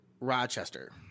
rochester